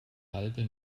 halbe